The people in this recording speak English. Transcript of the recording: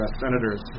Senators